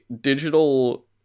digital